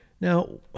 Now